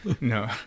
no